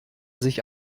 sich